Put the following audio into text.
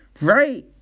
right